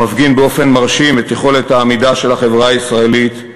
ומפגין באופן מרשים את יכולת העמידה של החברה הישראלית,